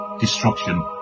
destruction